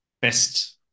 best